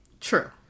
True